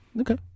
Okay